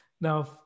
Now